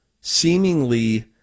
seemingly